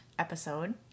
episode